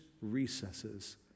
recesses